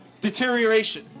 deterioration